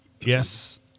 yes